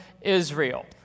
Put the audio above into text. Israel